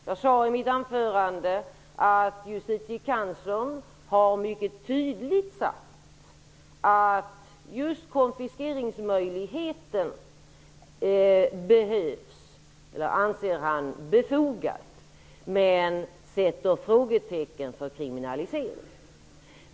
Jag sade i mitt anförande att justitiekanslern har mycket tydligt sagt att han anser just konfiskeringsmöjligen befogad, men sätter frågetecken för kriminalisering.